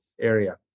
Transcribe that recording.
area